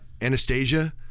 Anastasia